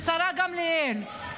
לשרה גמליאל,